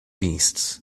beasts